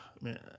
man